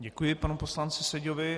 Děkuji panu poslanci Seďovi.